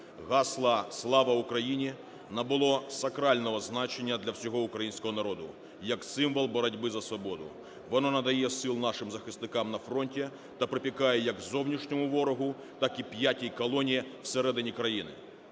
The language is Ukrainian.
Гасло "Слава Україн!" набуло сакрального значення для всього українського народу, як символ боротьби за свободу. Воно надає сил нашим захисникам на фронті та пропікає як зовнішньому ворогу, так і "п'ятій колоні" всередині країни.